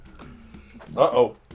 Uh-oh